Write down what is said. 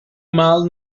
mal